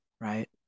right